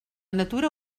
natura